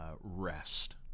rest